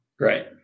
Right